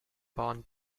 barn